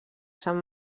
sant